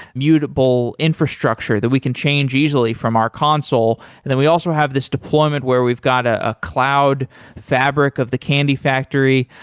mutable infrastructure that we can change easily from our console, and then we also have this deployment where we've got ah a cloud fabric of the candy factory.